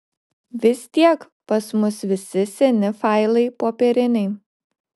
vis tiek pas mus visi seni failai popieriniai